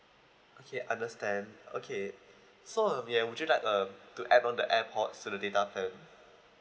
okay understand okay so uh ya would you like uh to add on the airpods to the data plan